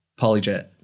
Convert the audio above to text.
polyjet